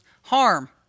harm